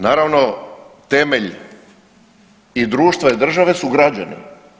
Naravno temelj i društva i države su građani.